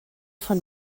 von